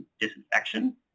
disinfection